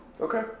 Okay